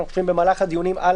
ואני חושב במהלך הדיון על